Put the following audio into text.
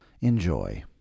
Enjoy